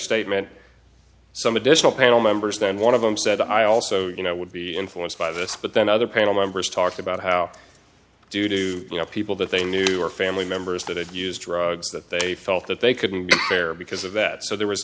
statement some additional panel members and one of them said i also you know would be influenced by this but then other panel members talked about how do you know people that they knew were family members that had used drugs that they felt that they couldn't share because of that so there was